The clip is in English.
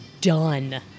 done